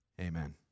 Amen